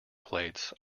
plates